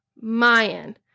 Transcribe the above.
Mayan